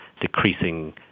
decreasing